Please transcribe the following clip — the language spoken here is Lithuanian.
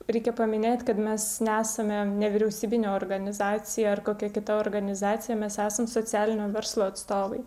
reikia paminėti kad mes nesame nevyriausybinė organizacija ar kokia kita organizacija mes esam socialinio verslo atstovai